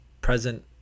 present